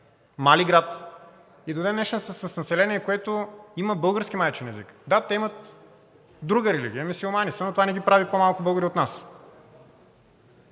Мали град и до ден днешен са с население, което има български майчин език. Да, те имат друга религия, мюсюлмани са, но това не ги прави по-малко българи от нас.